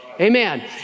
Amen